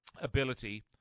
ability